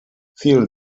vielen